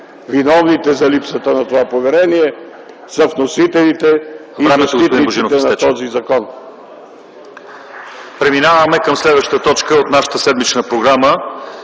Виновните за липсата на това помирение са вносителите и защитниците на този закон.